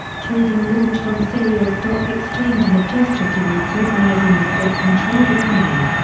trading launched on syria's stock exchange in a gesture towards liberalising the state-controlled economy.